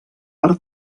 per